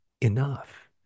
enough